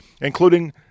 including